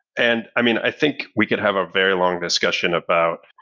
and i mean, i think we could have a very long discussion about